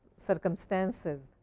circumstances,